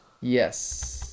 Yes